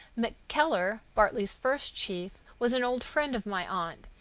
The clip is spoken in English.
mackeller, bartley's first chief, was an old friend of my aunt,